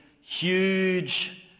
huge